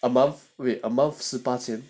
a month wait a month 是八千